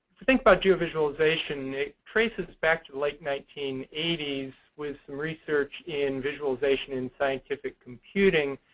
think about geovisualization. it traces back to the late nineteen eighty s, with some research in visualization in scientific computing.